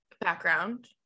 background